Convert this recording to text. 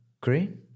Green